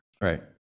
Right